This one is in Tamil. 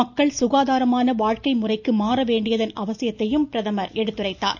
மக்கள் சுகாதாரமான வாழ்க்கை முறைக்கு மாற வேண்டியதன் அவசியத்தையும் பிரதமர் குறிப்பிட்டார்